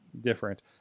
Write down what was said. different